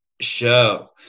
Show